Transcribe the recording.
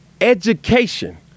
education